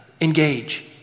Engage